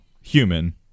human